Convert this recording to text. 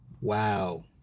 Wow